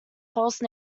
false